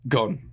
Gone